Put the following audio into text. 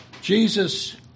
Jesus